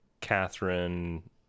Catherine